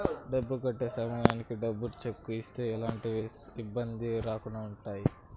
డబ్బు కట్టే సమయానికి డబ్బు సెక్కు ఇస్తే ఎలాంటి ఇబ్బందులు రాకుండా ఉంటాయి